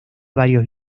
varios